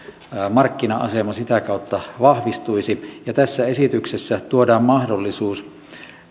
markkina asema sitä kautta vahvistuisi ja tässä esityksessä tuodaan mahdollisuus